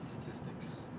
statistics